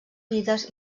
vides